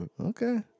Okay